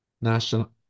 national